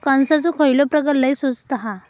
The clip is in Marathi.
कणसाचो खयलो प्रकार लय स्वस्त हा?